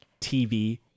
TV